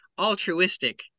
altruistic